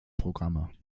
programme